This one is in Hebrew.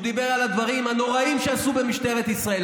והוא דיבר על הדברים הנוראים שעשו במשטרת ישראל,